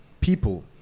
people